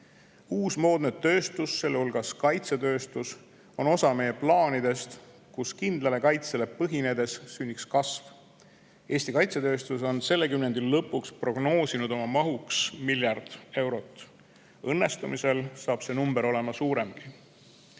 Uus moodne tööstus, sealhulgas kaitsetööstus, on osa meie plaanidest, kus kindlale kaitsele põhinedes sünniks kasv. Eesti kaitsetööstus on selle kümnendi lõpuks prognoosinud oma mahuks miljard eurot. Õnnestumise korral saab see number olema suuremgi. Lõpuks